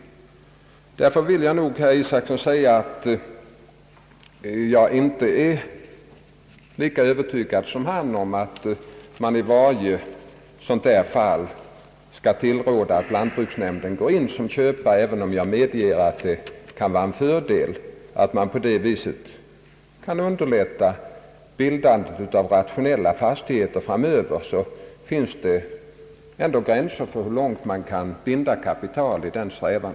Därför vill jag, herr Isacson, säga att jag inte är lika övertygad som han om att man i varje sådant här fall skall tillråda att lantbruksnämnden träder in som köpare, även om jag medger att det kan vara en fördel att på detta sätt underlätta bildandet av rationella fastigheter i framtiden, så finns det ändå gränser för hur långt man kan binda kapital i denna strävan.